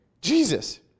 Jesus